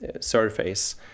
surface